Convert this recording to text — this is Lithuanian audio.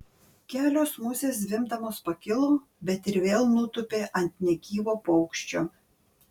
kelios musės zvimbdamos pakilo bet ir vėl nutūpė ant negyvo paukščio